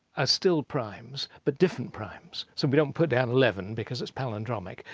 are still primes but different primes. so we don't put down eleven because it's palindromic.